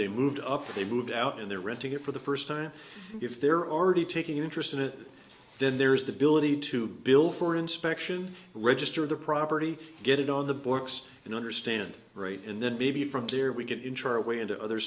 they moved up they moved out and they're renting it for the first time if they're already taking an interest in it then there's the ability to build for inspection register the property get it on the bork's and understand right and then maybe from there we can insure a way into other